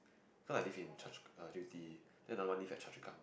cause I live in Choa-Chu-Kang Yew-Tee then I want to live at Choa-Chu-Kang